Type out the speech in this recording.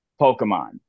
Pokemon